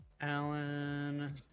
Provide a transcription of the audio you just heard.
Alan